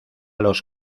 los